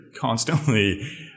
constantly